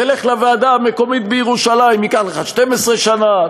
תלך לוועדה המקומית בירושלים, ייקח לך 12 שנה.